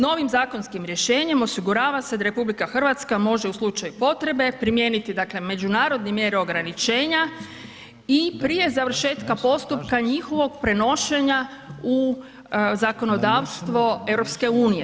Novim zakonskim rješenjem osigurava se da RH može u slučaju potrebe primijeniti dakle međunarodne mjere ograničenja i prije završetka postupka njihovog prenošenja u zakonodavstvo EU.